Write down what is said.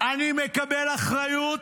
אני מקבל אחריות,